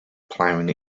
plowing